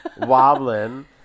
wobbling